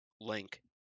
Link